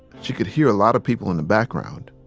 she could hear a lot of people in the background.